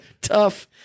tough